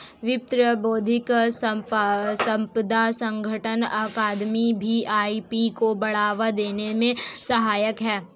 विश्व बौद्धिक संपदा संगठन अकादमी भी आई.पी को बढ़ावा देने में सहायक है